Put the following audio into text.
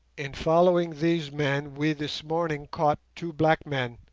in following these men we this morning caught two black men,